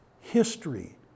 History